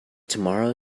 tomorrow